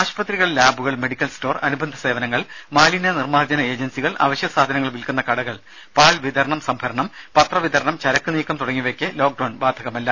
ആശുപത്രികൾ ലാബുകൾ medical store അനുബന്ധ സേവനങ്ങൾ മാലിന്യ നിർമ്മാർജ്ജന ഏജൻസികൾ അവശ്യ സാധനങ്ങൾ വിൽക്കുന്ന കടകൾ പാൽ വിതരണം സംഭരണം പത്രവിതരണം ചരക്കുനീക്കം തുടങ്ങിയവയ്ക്ക് ലോക്ക്ഡൌൺ ബാധകമല്ല